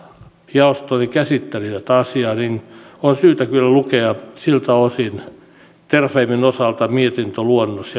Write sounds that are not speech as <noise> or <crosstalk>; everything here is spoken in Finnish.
jaostoni käsitteli tätä asiaa on syytä kyllä lukea terrafamen osalta mietintöluonnos <unintelligible>